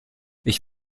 ich